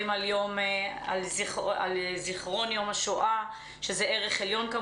על זכרון יום השואה שזה ערך עליון.